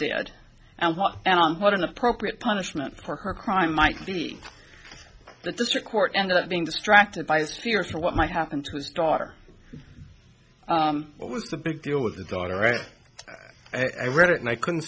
did and what and what an appropriate punishment for her crime might be the district court ended up being distracted by his peers for what might happen to his daughter what was the big deal with the daughter and i read it and i couldn't